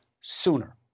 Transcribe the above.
sooner